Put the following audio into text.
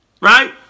right